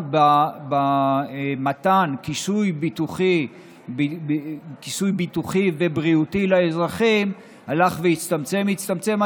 במתן כיסוי ביטוחי ובריאותי לאזרחים הלך והצטמצם והצטמצם,